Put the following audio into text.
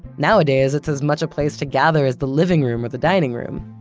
nowadays, it's as much a place to gather as the living room or the dining room.